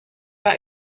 out